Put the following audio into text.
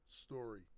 story